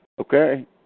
Okay